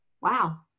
wow